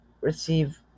receive